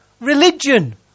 Religion